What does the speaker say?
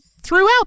Throughout